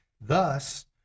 thus